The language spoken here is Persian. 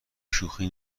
شوخی